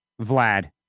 Vlad